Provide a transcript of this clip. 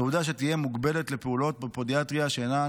תעודה שתהיה מוגבלת לפעולות בפודיאטריה שאינן